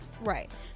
Right